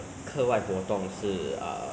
but 现在我们全部 training 都是 online